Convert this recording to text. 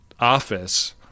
office